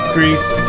Greece